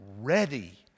ready